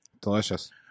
delicious